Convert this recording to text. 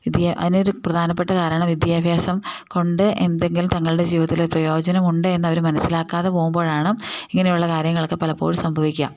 വിദ്യ അതിന് ഒരു പ്രധാനപ്പെട്ട കാരണം വിദ്യാഭ്യാസം കൊണ്ട് എന്തെങ്കിലും തങ്ങളുടെ ജീവിതത്തിൽ പ്രയോജനം ഉണ്ട് എന്നു അവർ മനസ്സിലാക്കാതെ പോകുമ്പോഴാണ് ഇങ്ങനെയുള്ള കാര്യങ്ങളൊക്കെ പലപ്പോഴും സംഭവിക്കാം